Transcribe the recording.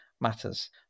matters